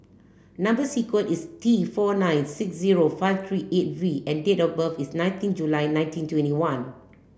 number sequence is T four nine six zero five three eight V and date of birth is nineteen July nineteen twenty one